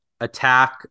attack